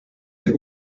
den